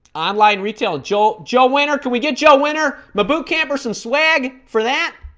online retail joe joe winter can we get joe winter my boot camp or some swag for that